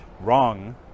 wrong